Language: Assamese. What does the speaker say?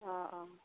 অঁ অঁ